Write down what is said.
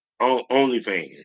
OnlyFans